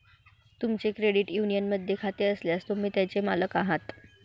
तुमचे क्रेडिट युनियनमध्ये खाते असल्यास, तुम्ही त्याचे मालक आहात